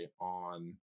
on